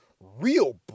Real